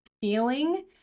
feeling